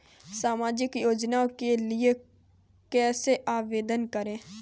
सामाजिक योजना के लिए कैसे आवेदन करें?